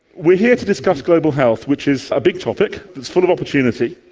we're here to discuss global health, which is a big topic. it's full of opportunity.